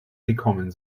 gekommen